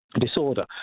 disorder